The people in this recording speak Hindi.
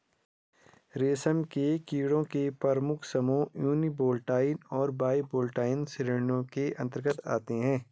रेशम के कीड़ों के प्रमुख समूह यूनिवोल्टाइन और बाइवोल्टाइन श्रेणियों के अंतर्गत आते हैं